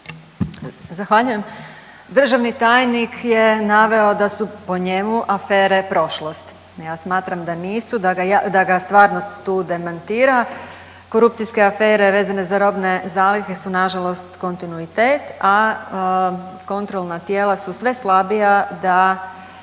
Zahvaljujem. Državni tajnik je naveo da su po njemu, afere prošlost. Ja smatram da nisu, da ga stvarnost tu demantira, korupcijske afere vezane za robne zalihe su nažalost kontinuitet, a kontrolna tijela su sve slabija da